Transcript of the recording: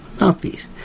Mouthpiece